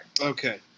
Okay